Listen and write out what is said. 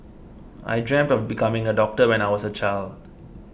I dreamt of becoming a doctor when I was a child